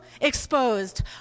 exposed